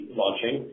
launching